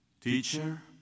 Teacher